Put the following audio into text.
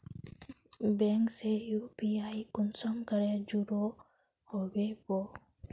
Bank से UPI कुंसम करे जुड़ो होबे बो?